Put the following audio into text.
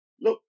look